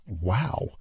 Wow